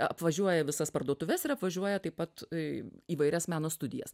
apvažiuoja visas parduotuves ir apvažiuoja taip pat įvairias meno studijas